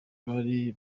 bari